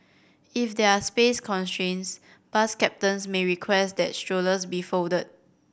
if there are space constraints bus captains may request that strollers be folded